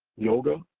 yoga,